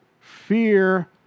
Fear